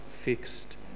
fixed